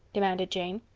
demanded jane.